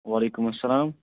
وعلیکُم اسلام